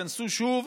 התכנסו שוב